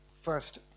first